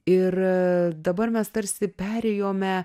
ir dabar mes tarsi perėjome